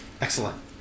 Excellent